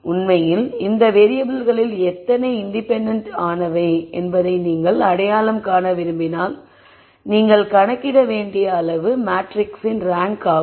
உண்மையில் இந்த வேறியபிள்களில் எத்தனை இன்டிபெண்டண்ட் ஆனவை என்பதை நீங்கள் அடையாளம் காண விரும்பினால் நீங்கள் கணக்கிட வேண்டிய அளவு மேட்ரிக்ஸின் ரேங்க் ஆகும்